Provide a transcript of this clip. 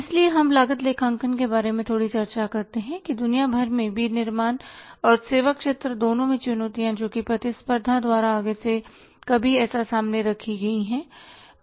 इसलिए हम लागत लेखांकन के बारे में थोड़ी चर्चा करते हैं कि दुनिया भर में विनिर्माण और सेवा क्षेत्र दोनों में चुनौतियों जोकि प्रतिस्पर्धा द्वारा आगे से कभी ऐसा सामने रखी गई है है